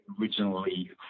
originally